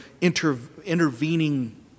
intervening